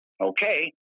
okay